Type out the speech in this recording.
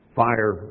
fire